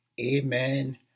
Amen